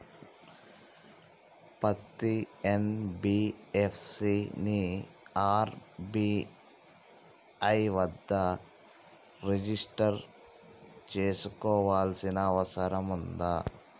పత్తి ఎన్.బి.ఎఫ్.సి ని ఆర్.బి.ఐ వద్ద రిజిష్టర్ చేసుకోవాల్సిన అవసరం ఉందా?